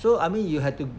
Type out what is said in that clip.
so I mean you have to